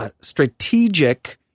strategic